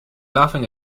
laughing